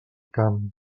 camp